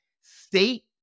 State